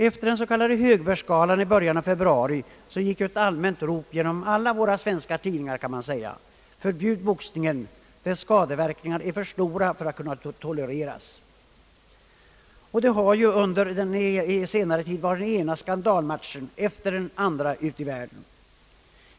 Efter den s.k. Högbergsgalan i början av februari gick ett allmänt rop genom alla svenska tidningar: Förbjud boxningen! Dess skadeverkningar är för stora för att kunna tolereras! Under senare tid har den ena skandalmatchen efter den andra ägt rum ute i världen.